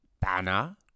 banner